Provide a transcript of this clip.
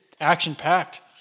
action-packed